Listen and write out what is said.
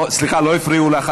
סליחה, לא הפריעו לך.